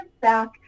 back